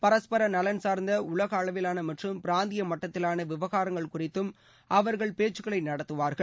பரஸ்பர நலன் சார்ந்த உலக அளவிலான மற்றும் பிராந்திய மட்டத்திலான விவகாரங்கள் குறித்தும் அவர்கள் பேச்சுக்களை நடத்துவார்கள்